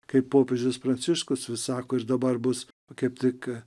kaip popiežius pranciškus vis sako ir dabar bus kaip tik